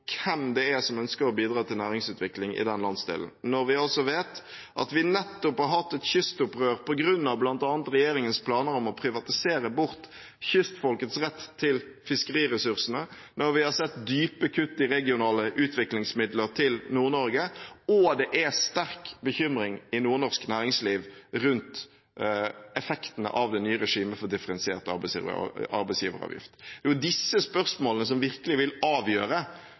hvem det er som ønsker å bidra til næringsutvikling i den landsdelen, fordi vi vet at vi nettopp har hatt et kystopprør på grunn av regjeringens planer om å privatisere bort kystfolkets rett til fiskeriressursene, når vi har sett dype kutt i regionale utviklingsmidler til Nord-Norge og det er sterk bekymring i nordnorsk næringsliv rundt effektene av det nye regimet for differensiert arbeidsgiveravgift. Det er disse spørsmålene som virkelig vil avgjøre